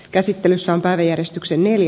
käsittelyssä pääjäristyksen eli